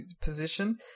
position